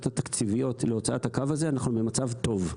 התקציביות להוצאת הקו הזה אנחנו במצב טוב.